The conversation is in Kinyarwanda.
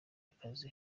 akazi